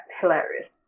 Hilarious